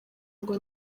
ngo